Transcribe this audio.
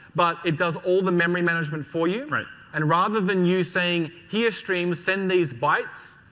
but it does all the memory management for you. right. and rather than you saying, here, stream, send these bytes,